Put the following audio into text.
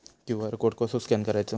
QR code कसो scan करायचो?